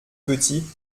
petit